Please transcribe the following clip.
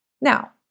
Now